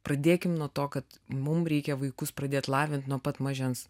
pradėkim nuo to kad mum reikia vaikus pradėt lavint nuo pat mažens